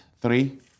three